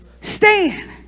stand